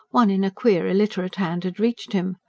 one in a queer, illiterate hand had reached him,